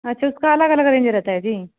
अच्छा उसका अलग अलग रेंज रहता है जी